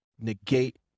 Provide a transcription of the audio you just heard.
negate